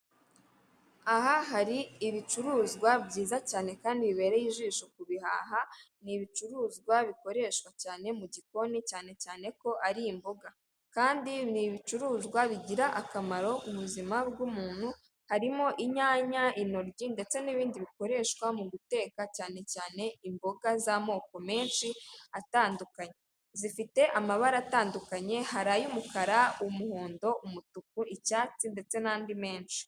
Aha hari ibicuruzwa byiza cyane kandi bibereye ijisho ku bihaha, ni ibicuruzwa bikoreshwa cyane mu gikoni cyane cyane ko ari imboga, kandi ni ibicuruzwa bigira akamaro mu buzima bw'umuntu, harimo inyanya, intoryi, ndetse n'ibindi bikoreshwa mu guteka cyane cyane imboga z'amoko menshi atandukanye, zifite amabara atandukanye hari ay'umukara, umuhondo, umutuku, icyatsi, ndetse n'andi menshi.